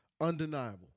undeniable